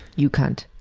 you cunt.